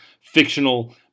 fictional